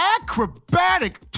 acrobatic